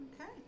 Okay